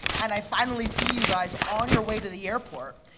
and i finally see you guys on your way to the airport.